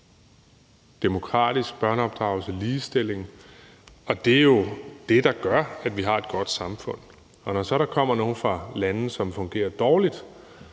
demokratisk børneopdragelse, ligestilling. Og det er jo det, der gør, at vi har et godt samfund. Når så der kommer nogle fra lande, som fungerer dårligt,